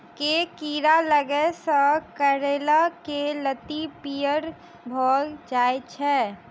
केँ कीड़ा लागै सऽ करैला केँ लत्ती पीयर भऽ जाय छै?